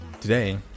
Today